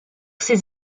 ses